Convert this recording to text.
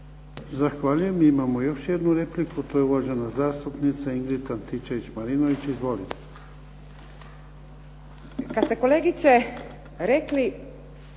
Zahvaljujem. Imamo još jednu repliku, a to je uvažena zastupnica Ingrid Antičević Marinović. Izvolite.